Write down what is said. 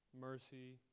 mercy